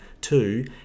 two